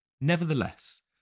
Nevertheless